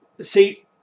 See